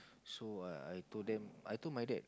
so err I told them I told my dad